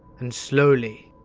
and slowly,